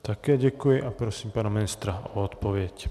Také děkuji a prosím pana ministra o odpověď.